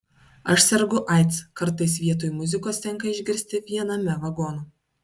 aš sergu aids kartais vietoj muzikos tenka išgirsti viename vagonų